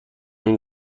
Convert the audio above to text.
این